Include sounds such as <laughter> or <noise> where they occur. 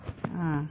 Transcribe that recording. <noise> ah